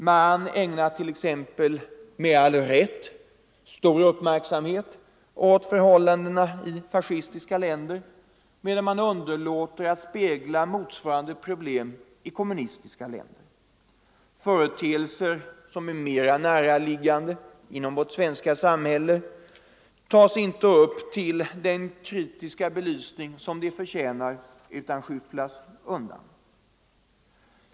Man ägnar med all rätt stor kritisk uppmärksamhet åt förhållandena i fascistiska länder medan man underlåter att på samma sätt spegla motsvarande problem i kommunistiska länder. Företeelser som är mera näraliggande inom vårt svenska samhälle tas inte upp till den kritiska belysning som de förtjänar utan skyfflas undan.